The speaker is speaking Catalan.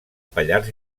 pallars